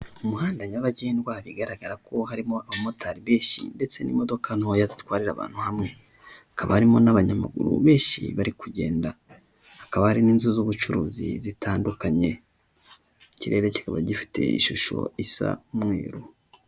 Umuhanda nyabagendwa bigaragara ko harimo abamotari benshi ndetse n'imodoka ntoya zitwarira abantu hamwe; hakaba harimo n'abanyamaguru benshi bari kugenda; hakaba hari n'inzu z'ubucuruzi zitandukanye ikirere kikaba gifite ishusho isa umweru.